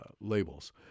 labels